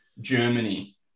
Germany